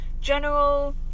General